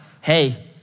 hey